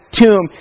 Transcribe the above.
tomb